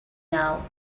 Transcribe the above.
now